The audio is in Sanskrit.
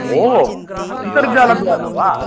ओ अन्तर्जालद्वारा वा